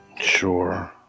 Sure